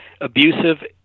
abusive